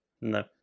No